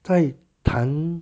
在谈